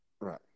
Right